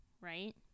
right